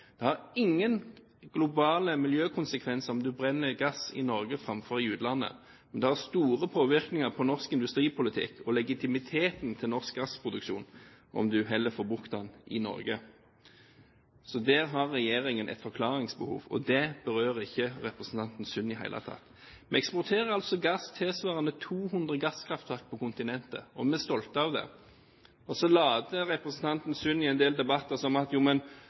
Det har ingen globale miljøkonsekvenser om du brenner gass i Norge framfor i utlandet, men det har store påvirkninger på norsk industripolitikk og legitimiteten til norsk gassproduksjon om du heller får brukt den i Norge. Så der har regjeringen et forklaringsbehov, og det berører ikke representanten Sund i det hele tatt. Vi eksporterer altså gass tilsvarende 200 gasskraftverk til kontinentet, og vi er stolte av det. Så later representanten Sund i en del debatter som